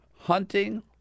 hunting